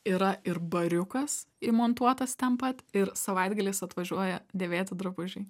yra ir bariukas įmontuotas ten pat ir savaitgaliais atvažiuoja dėvėti drabužiai